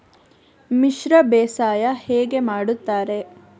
ಮಿಶ್ರ ಬೇಸಾಯ ಹೇಗೆ ಮಾಡುತ್ತಾರೆ?